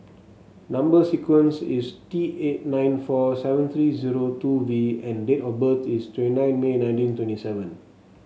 number sequence is T eight nine four seven three zero two V and date of birth is twenty nine May nineteen twenty seven